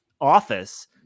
office